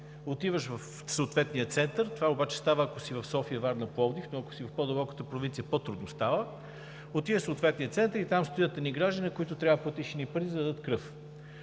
Отиваш в съответния център – това обаче става, ако си в София, Варна, Пловдив, но ако си в по-дълбоката провинция, по-трудно става, отиваш в съответния център и там стоят едни граждани, на които трябва да платиш едни пари, за да дадат кръв.